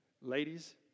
Ladies